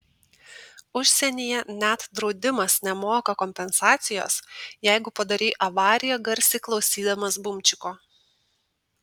užsienyje net draudimas nemoka kompensacijos jeigu padarei avariją garsiai klausydamas bumčiko